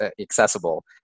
accessible